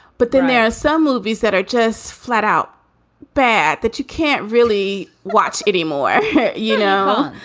but then there are some movies that are just flat out bad that you can't really watch anymore you know,